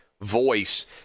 voice